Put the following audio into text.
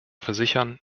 versichern